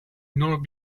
ignored